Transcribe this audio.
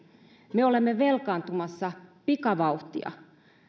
me olemme velkaantumassa pikavauhtia